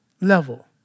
level